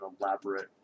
elaborate